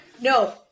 No